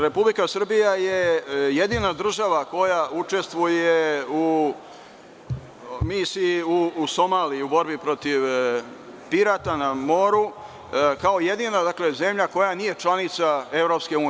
Republika Srbija je jedina država koja učestvuje u misiji u Somaliji u borbi protiv pirata na moru, kao jedina zemlja koja nije članica EU.